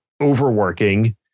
overworking